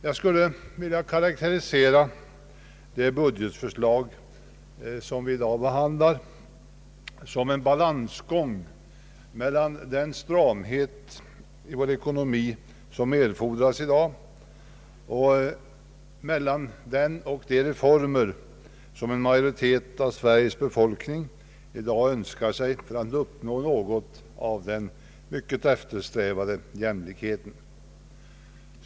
Det budgetförslag som vi i dag behandlar skulle jag vilja karakterisera som en balansgång mellan den stramhet i vår ekonomi som erfordras i nuläget och de reformer som en majoritet av Sveriges befolkning i dag önskar för att uppnå något av den mycket eftersträvade jämlikheten.